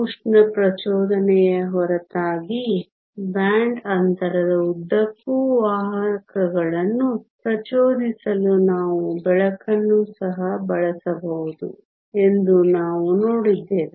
ಉಷ್ಣ ಪ್ರಚೋದನೆಯ ಹೊರತಾಗಿ ಬ್ಯಾಂಡ್ ಅಂತರದ ಉದ್ದಕ್ಕೂ ವಾಹಕಗಳನ್ನು ಪ್ರಚೋದಿಸಲು ನಾವು ಬೆಳಕನ್ನು ಸಹ ಬಳಸಬಹುದು ಎಂದು ನಾವು ನೋಡಿದ್ದೇವೆ